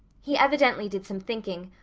he evidently did some thinking,